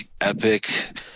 epic